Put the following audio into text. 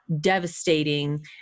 devastating